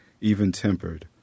even-tempered